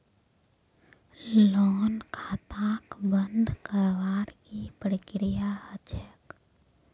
loan खाताक बंद करवार की प्रकिया ह छेक